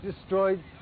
destroyed